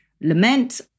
lament